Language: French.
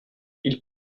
ils